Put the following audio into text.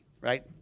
right